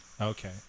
okay